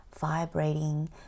vibrating